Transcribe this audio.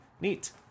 Neat